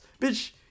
Bitch